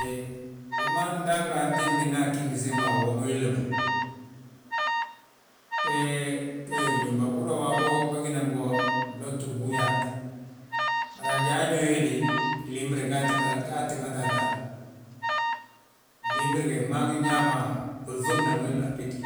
He wi ma ndaangi antimbi nda agí ngi sembe a wi womi willi ma? He wee wi ñóba uhúri yaa waabo, bâginan bo blotti mbúŋ yaatteHe wi ma ndaangi antimbi nda agí ngi sembe a wi womi willi ma? He wee wi ñóba uhúri yaa waabo, bâginan bo blotti mbúŋ yaatte. Bari ajaan yo he dé, glimbire gaa tti ŋata a taan, glimbiri ge gmaa gi nñaa ma ginŧubna wil abeti.